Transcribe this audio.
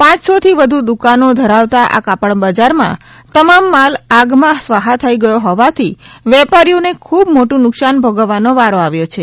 પાંચસો થી વધુ દુકાનો ધરાવતા આ કાપડ બજાર માં તમામ માલ આગ માં સ્વાહા થઈ ગયો હોવાથી વેપારીઓ ને ખૂબ મોટું નુકસાન ભોગવવાનો વારો આવ્યો છે